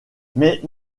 mais